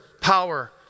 power